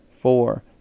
four